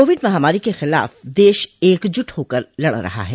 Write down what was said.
Covid महामारी के ख़िलाफ़ देश एकजुट होकर लड़ रहा है